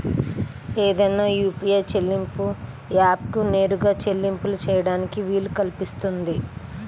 ఏదైనా యూ.పీ.ఐ చెల్లింపు యాప్కు నేరుగా చెల్లింపులు చేయడానికి వీలు కల్పిస్తుంది